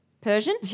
Persian